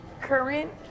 Current